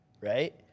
right